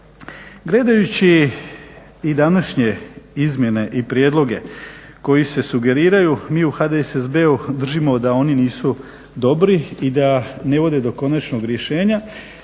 Gledajući i današnje izmjene i prijedloge koji se sugeriraju mi u HDSSB-u držimo da oni nisu dobri i da ne vode do konačnog rješenja.